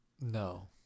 no